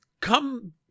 come